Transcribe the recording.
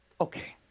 Okay